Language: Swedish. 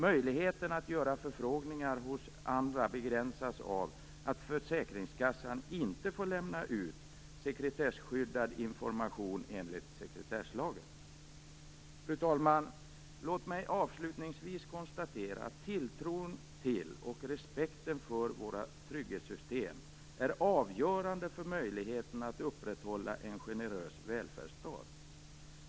Möjligheten att göra förfrågningar hos andra begränsas av att försäkringskassan inte får lämna ut sekretesskyddad information enligt sekretesslagen. Fru talman! Låt mig avslutningsvis konstatera att tilltron till och respekten för våra trygghetssystem är avgörande för möjligheterna att upprätthålla en generös välfärdsstat.